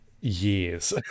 years